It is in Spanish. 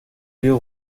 río